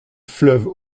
fleuve